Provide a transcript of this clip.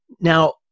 Now